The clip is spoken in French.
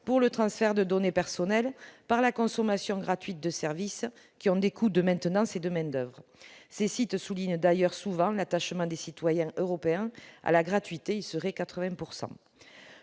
pour le transfert de données personnelles par la consommation gratuite de service qui ont des coûts de maintenance et de main d'oeuvre ces sites souligne d'ailleurs souvent l'attachement des citoyens européens à la gratuité, il serait 80